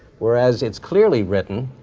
whereas it's clearly written,